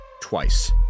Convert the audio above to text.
twice